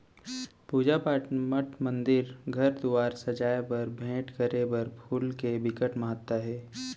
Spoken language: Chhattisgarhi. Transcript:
पूजा पाठ, मठ मंदिर, घर दुवार सजाए बर, भेंट करे बर फूल के बिकट महत्ता हे